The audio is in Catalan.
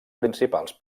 principals